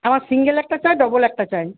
আমার সিঙ্গল একটা চাই ডবল একটা চাই